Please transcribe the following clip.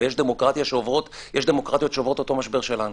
ויש דמוקרטיות שעוברות את אותו משבר כמו שלנו.